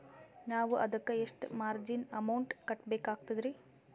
ನಾವು ಅದಕ್ಕ ಎಷ್ಟ ಮಾರ್ಜಿನ ಅಮೌಂಟ್ ಕಟ್ಟಬಕಾಗ್ತದ್ರಿ?